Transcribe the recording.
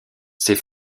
ses